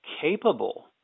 capable